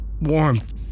warmth